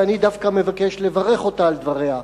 ואני דווקא מבקש לברך אותה על דבריה.